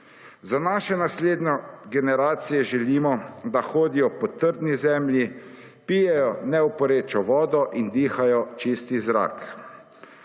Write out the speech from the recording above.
Za naše naslednje generacije želimo, da hodijo po trdni zemlji, pijejo neoporečno vodo in dihajo čisti zrak.